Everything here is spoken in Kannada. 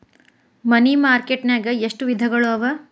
ಮನಿ ಮಾರ್ಕೆಟ್ ನ್ಯಾಗ್ ಎಷ್ಟವಿಧಗಳು ಅವ?